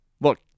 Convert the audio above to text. Look